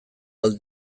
ahal